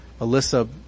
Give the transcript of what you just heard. Alyssa